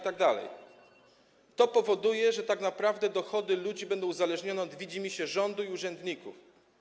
To powoduje, że tak naprawdę dochody ludzi będą uzależnione od widzimisię rządu i urzędników.